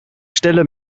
stelle